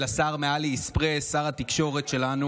אינה נוכחת, חבר הכנסת השר שלמה